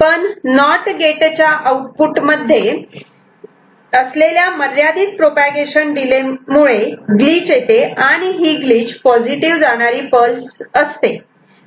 पण NOT gate च्या output मध्ये असलेल्या मर्यादित प्रोपागेशन डिले मुळे ग्लिच येते आणि ही ग्लिच पॉझिटिव जाणारी पल्स असते